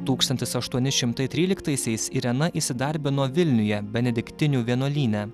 tūkstantis aštuoni šimtai tryliktaisiais irena įsidarbino vilniuje benediktinių vienuolyne